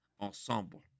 ensemble